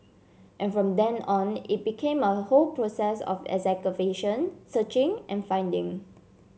and from then on it became a whole process of excavation searching and finding